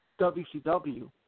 WCW